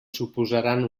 suposaran